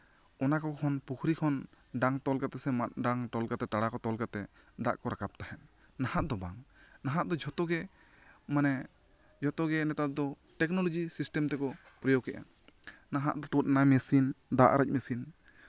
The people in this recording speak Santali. ᱚᱱᱟ ᱠᱚ ᱠᱷᱚᱱ ᱯᱩᱠᱷᱨᱤ ᱠᱷᱚᱱ ᱰᱟᱝ ᱛᱚᱞ ᱠᱟᱛᱮᱜ ᱢᱟᱜ ᱰᱟᱝ ᱛᱚᱞ ᱠᱟᱛᱮᱜ ᱛᱟᱲᱟ ᱠᱚ ᱛᱚᱞ ᱠᱟᱛᱮᱜ ᱫᱟᱜ ᱠᱚ ᱨᱟᱠᱟᱵ ᱛᱟᱦᱮᱸᱜ ᱱᱟᱦᱟᱜ ᱫᱚ ᱵᱟᱝ ᱱᱟᱦᱟᱜ ᱫᱚᱡᱷᱚᱛᱚᱜᱮ ᱢᱟᱱᱮ ᱡᱚᱛᱚᱜᱮ ᱱᱮᱛᱟᱨ ᱫᱚ ᱴᱮᱠᱱᱳᱞᱚᱡᱤ ᱥᱤᱥᱴᱮᱢ ᱛᱮᱠᱚ ᱯᱨᱚᱭᱳᱜ ᱮᱫᱟ ᱱᱟᱦᱟᱜ ᱛᱩᱫ ᱮᱱᱟ ᱢᱮᱥᱤᱱ ᱫᱟᱜ ᱟᱨᱮᱡ ᱢᱮᱥᱤᱱ